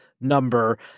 number